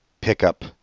pickup